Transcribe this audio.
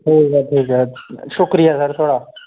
ठीक ऐ ठीक ऐ शुक्रिया सर थुआढ़ा